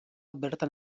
bertan